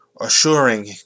assuring